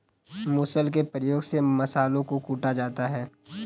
मुसल के प्रयोग से मसालों को कूटा जाता है